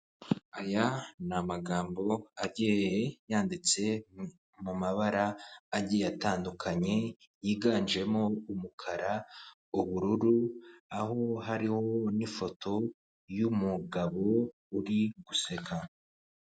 Aya n'amagambo agiye yanditse mu mabara agiye atandukanye, yiganjemo umukara, ubururu aho harimo n'ifoto y'umugabo uri guseka.